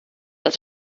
das